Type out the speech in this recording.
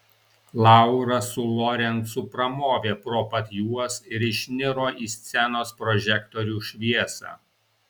laura su lorencu pramovė pro pat juos ir išniro į scenos prožektorių šviesą